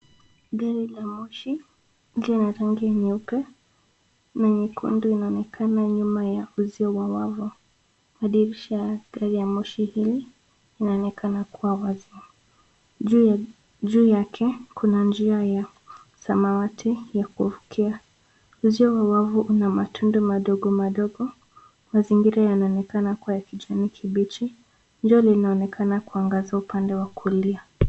Gari la moshi ikiwa na rangi nyeupe na nyekundu inaonekana nyuma ya uzio wa wavu. Madirisha ya gari ya moshi hili inaonekana kuwa wazi. Juu yake kuna njia ya samawati ya kuvukia. Uzio wa wavu una matundu madogo madogo. Mazingira yanaonekana kuwa ya kijani kibichi. Jua linaonekana kuangaza upande wa kulia.